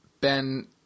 Ben